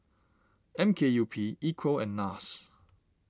M K U P Equal and Nars